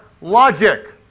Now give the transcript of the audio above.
logic